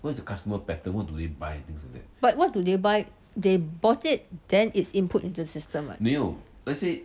but what do they buy they bought it then it's input in the system ah